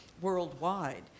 worldwide